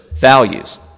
values